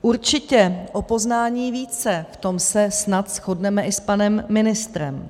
Určitě o poznání více, v tom se snad shodneme i s panem ministrem.